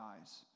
eyes